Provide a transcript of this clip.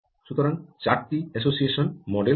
সুতরাং 4 টি association model আছে